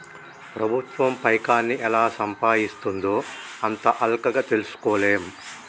ప్రభుత్వం పైకాన్ని ఎలా సంపాయిస్తుందో అంత అల్కగ తెల్సుకోలేం